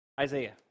Isaiah